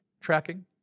tracking